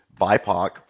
BIPOC